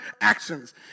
actions